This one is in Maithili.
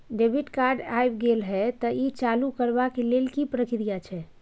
डेबिट कार्ड ऐब गेल हैं त ई चालू करबा के लेल की प्रक्रिया छै?